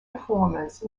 performers